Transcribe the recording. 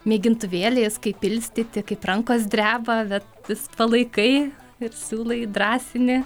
mėgintuvėliais kaip pilstyti kaip rankos dreba bet vis palaikai ir siūlai drąsini